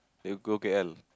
you go K_L